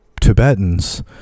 tibetans